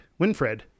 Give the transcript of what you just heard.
Winfred